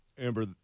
Amber